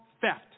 theft